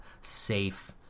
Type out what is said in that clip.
safe